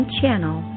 channel